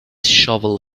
shovel